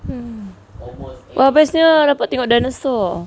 um bestnya dapat tengok dinosaur